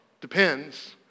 depends